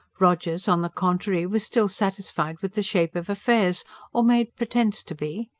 rogers, on the contrary, was still satisfied with the shape of affairs or made pretence to be.